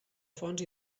fonts